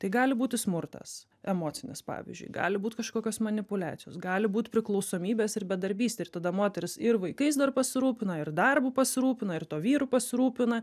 tai gali būti smurtas emocinis pavyzdžiui gali būt kažkokios manipuliacijos gali būt priklausomybės ir bedarbystė ir tada moteris ir vaikais dar pasirūpina ir darbu pasirūpina ir tuo vyru pasirūpina